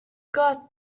got